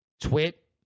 Twit